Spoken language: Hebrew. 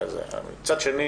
מצד שני,